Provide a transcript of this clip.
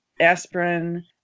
aspirin